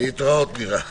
הישיבה ננעלה בשעה